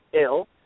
ill